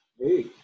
hey